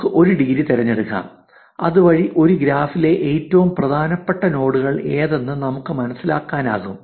നമുക്ക് ഒരു ഡിഗ്രി തിരഞ്ഞെടുക്കാം അതുവഴി ഒരു ഗ്രാഫിലെ ഏറ്റവും പ്രധാനപ്പെട്ട നോഡുകൾ ഏതെന്ന് നമുക്ക് മനസ്സിലാക്കാനാകും